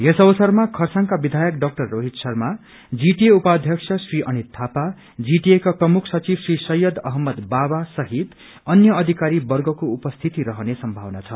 यस अवसरमा खरसाङका विधाय डाक्टर रोहित शर्मा जीटीए उपाध्यक्ष श्री अनित थापा जीटीए का प्रमुख सचिव श्री शैयद अहमद बाका सहित अन्य अधिकारी वर्गको उपस्थित रहने संभावना छ